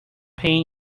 pain